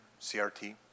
CRT